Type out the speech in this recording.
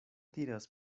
tiras